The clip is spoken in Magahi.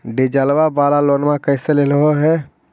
डीजलवा वाला लोनवा कैसे लेलहो हे?